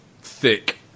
thick